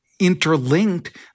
interlinked